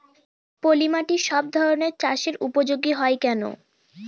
পলিমাটি সব ধরনের চাষের উপযোগী হয় কেন?